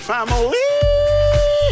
Family